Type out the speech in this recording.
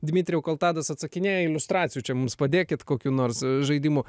dmitrijau kol tadas atsakinėja iliustracijų čia mums padėkit kokių nors žaidimų